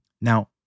Now